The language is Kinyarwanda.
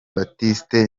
baptiste